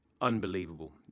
unbelievable